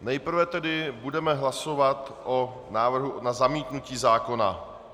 Nejprve tedy budeme hlasovat o návrhu na zamítnutí zákona.